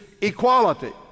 equality